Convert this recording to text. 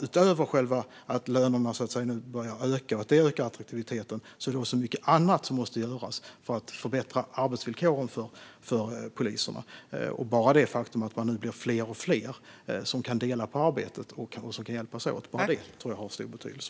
Utöver att lönerna nu börjar öka och det ökar attraktiviteten tror jag att det är mycket annat som också måste göras för att förbättra arbetsvillkoren för poliserna, och bara det faktum att man nu blir fler och fler som kan dela på arbetet och hjälpas åt tror jag har stor betydelse.